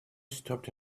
stopped